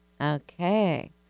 Okay